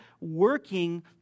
working